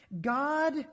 God